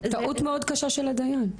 טעות מאוד קשה של הדיין.